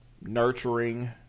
nurturing